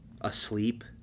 Asleep